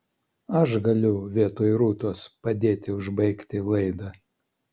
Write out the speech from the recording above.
aš galiu vietoj rūtos padėti užbaigti laidą